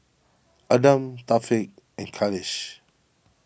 Adam Thaqif and Khalish